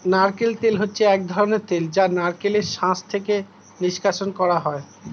নারকেল তেল হচ্ছে এক ধরনের তেল যা নারকেলের শাঁস থেকে নিষ্কাশণ করা হয়